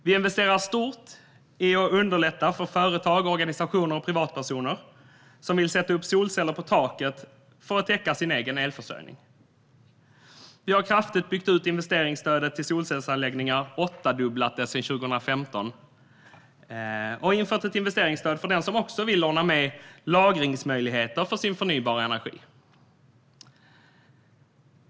Vi investerar stort i att underlätta för företag, organisationer och privatpersoner som vill sätta upp solceller på taket för att täcka sin egen elförsörjning. Vi har kraftigt byggt ut investeringsstödet till solcellsanläggningar - vi har åttadubblat det sedan 2015 - och infört ett investeringsstöd för den som också vill ordna med lagringsmöjligheter för sin förnybara energi.